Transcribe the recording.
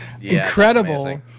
incredible